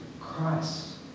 Christ